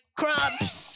crops